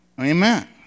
Amen